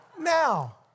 Now